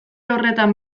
horretan